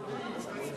הוא הסכים לחלוטין,